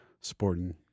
sporting